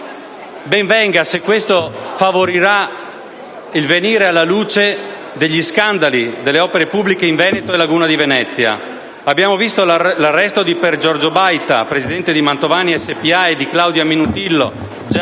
Ben venga se questo favorirà il venire alla luce degli scandali delle opere pubbliche in Veneto e Laguna di Venezia. Abbiamo visto l'arresto di Piergiorgio Baita, presidente di Mantovani Spa, e Claudia Minutino,